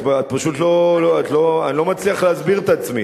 אני לא מצליח להסביר את עצמי.